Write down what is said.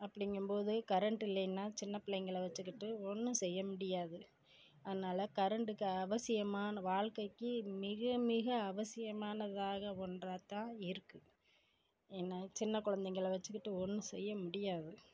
அப்படிங்கும்போது கரண்ட் இல்லைனா சின்ன பிள்ளைங்கள வச்சிக்கிட்டு ஒன்றும் செய்ய முடியாது அதனால கரண்டுக்கு அவசியமாக வாழ்க்கைக்கு மிக மிக அவசியமானதாக ஒன்றாக தான் இருக்குது ஏன்னா சின்ன குழந்தைகள வச்சிக்கிட்டு ஒன்று செய்ய முடியாது